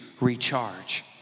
recharge